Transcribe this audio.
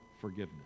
forgiveness